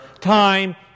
time